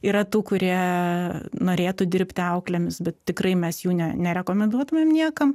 yra tų kurie norėtų dirbti auklėmis bet tikrai mes jų ne nerekomenduotumėm niekam